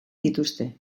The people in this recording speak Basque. dituzte